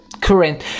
current